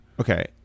Okay